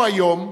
הוא היום